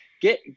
get